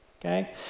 okay